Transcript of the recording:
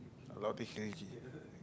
allow to change it